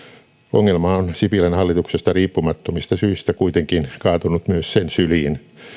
ongelma on sipilän hallituksesta riippumattomista syistä kuitenkin kaatunut myös sen syliin